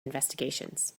investigations